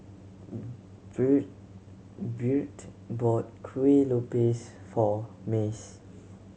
Byrd bought Kueh Lopes for Mace